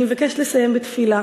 אני מבקשת לסיים בתפילה